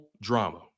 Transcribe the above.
drama